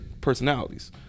personalities